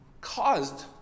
caused